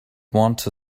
wanta